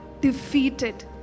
defeated